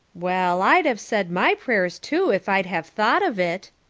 well, i'd have said my prayers too if i'd have thought of it,